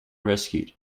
rescued